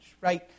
right